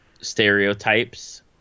stereotypes